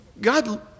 God